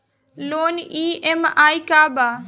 Loan EMI का बा?